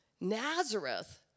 Nazareth